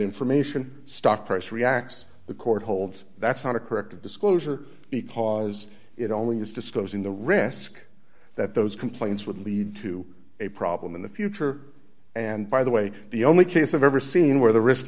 information stock price reacts the court holds that's not a correct disclosure because it only has disclosing the risk that those complaints would lead to a problem in the future and by the way the only case i've ever seen where the risk